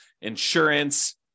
insurance